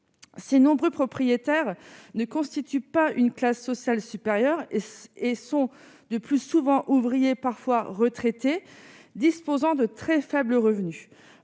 ses nombreux propriétaires ne constitue pas une classe sociale supérieure et sont de plus souvent ouvriers parfois retraités disposant de très faibles revenus,